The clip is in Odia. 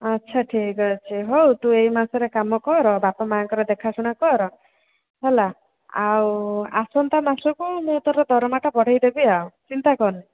ଆଛା ଠିକ୍ ଅଛି ହଉ ତୁ ଏହି ମାସରେ କାମ କର ବାପ ମାଆଙ୍କର ଦେଖା ଶୁଣା କର ହେଲା ଆଉ ଆସନ୍ତା ମାସକୁ ମୁଁ ତୋର ଦରମାଟା ବଢ଼ାଇ ଦେବି ଆଉ ଚିନ୍ତା କରନି